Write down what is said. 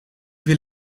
wil